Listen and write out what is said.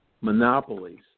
monopolies